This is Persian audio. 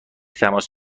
تماس